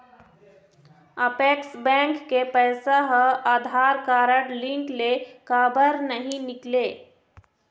Apex bank के पैसा हा आधार कारड लिंक ले काबर नहीं निकले?